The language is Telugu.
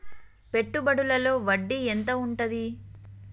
పెట్టుబడుల లో వడ్డీ ఎంత ఉంటది?